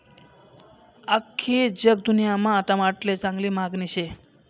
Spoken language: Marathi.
आख्खी जगदुन्यामा टमाटाले चांगली मांगनी शे